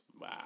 Wow